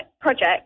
project